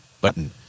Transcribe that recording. Button